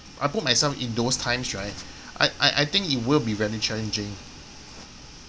I put myself in those times right I I I think it will be very challenging